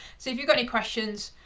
so if you've got any questions,